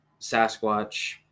Sasquatch